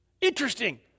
Interesting